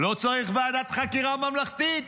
לא צריך ועדת חקירה ממלכתית,